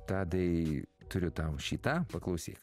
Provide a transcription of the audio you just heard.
tadai turiu tau šį tą paklausyk